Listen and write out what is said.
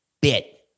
bit